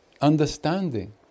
understanding